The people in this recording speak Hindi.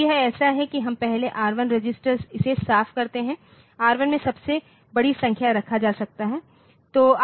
तो यह ऐसा है कि हम पहले R 1रजिस्टर इसे साफ करते हैं ताकि R1 में सबसे बड़ी संख्या रखा जा सके